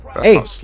Hey